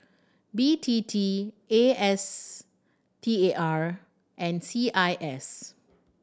B T T A S T A R and C I S